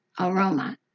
aroma